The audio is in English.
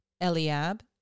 Eliab